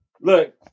Look